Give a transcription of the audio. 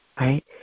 right